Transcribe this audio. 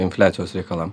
infliacijos reikalam